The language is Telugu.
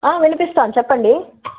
వినిపిస్తోంది చెప్పండి